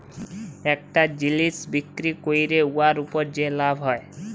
ইকটা জিলিস বিক্কিরি ক্যইরে উয়ার উপর যে লাভ হ্যয়